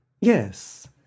Yes